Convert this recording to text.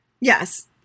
Yes